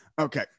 Okay